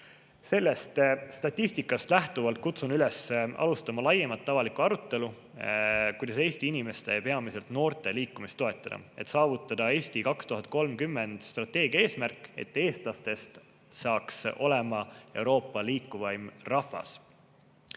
statistikast lähtuvalt kutsun üles alustama laiemat avalikku arutelu, kuidas Eesti inimeste ja peamiselt noorte liikumist toetada, et saavutada "Eesti 2030" strateegia eesmärk, et eestlastest saaks Euroopa liikuvaim rahvas.